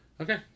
Okay